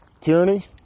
tyranny